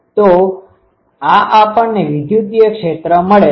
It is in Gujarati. તો આ આપણને વિદ્યુતીય ક્ષેત્ર મળે છે